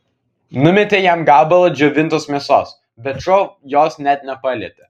numetė jam gabalą džiovintos mėsos bet šuo jos net nepalietė